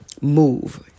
Move